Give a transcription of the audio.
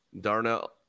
darnell